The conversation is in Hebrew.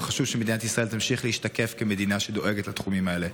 וחשוב שמדינת ישראל תמשיך להשתקף כמדינה שדואגת לתחומים האלה.